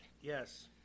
yes